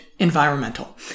Environmental